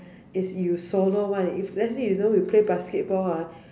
is you solo [one] if let's say you know you play basketball ah